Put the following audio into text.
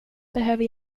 behöver